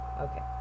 Okay